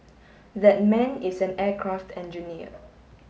that man is an aircraft engineer